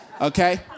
okay